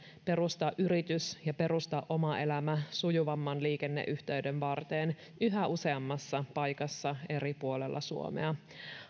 perustaa yritys ja perustaa oma elämä sujuvamman liikenneyhteyden varteen yhä useammassa paikassa eri puolilla suomea